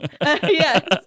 Yes